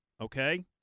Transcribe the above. okay